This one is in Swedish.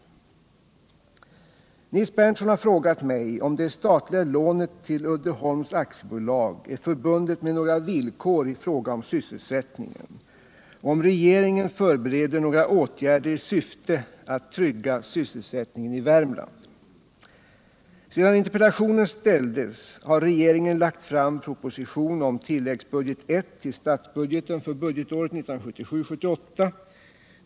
Nils Berndtson har frågat mig om det statliga lånet till Uddeholms AB är förbundet med några villkor i fråga om sysselsättningen och om regeringen förbereder några åtgärder i syfte att trygga sysselsättningen i Värmland. Sedan interpellationen framställdes har regeringen lagt fram proposition om tilläggsbudget I till statsbudgeten för budgetåret 1977 78:25).